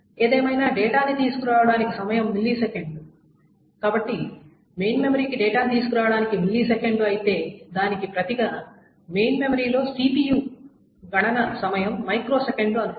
ఏదేమైనా డేటాను తీసుకురావడానికి సమయం మిల్లీసెకన్లు కాబట్టి మెయిన్ మెమరీకి డేటాను తీసుకురావడానికి మిల్లీసెకన్లు అయితే దానికి ప్రతి గా మెయిన్ మెమరీ లో CPU గణన సమయం మైక్రోసెకన్లు అనుకోండి